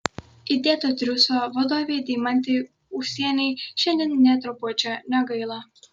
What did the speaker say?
įdėto triūso vadovei deimantei ūsienei šiandien nė trupučio negaila